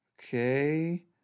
Okay